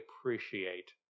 appreciate